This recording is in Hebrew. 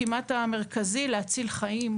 כמעט המרכזי להציל חיים,